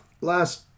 Last